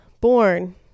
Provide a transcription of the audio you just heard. born